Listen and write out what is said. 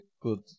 good